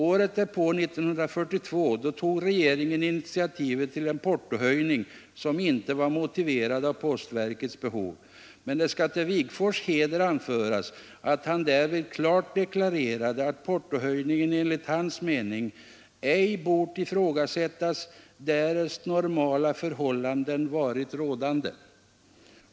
Året därpå — 1942 — tog regeringen initiativet till en portohöjning som inte var motiverad av postverkets behov. Men det skall till Wigforss” heder anföras att han därvid klart deklarerade att portohöjningen enligt hans mening ”ej bort ifrågasättas, därest normala förhållanden varit rådande”.